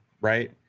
right